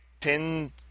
pin